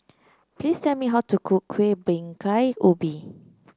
please tell me how to cook Kueh Bingka Ubi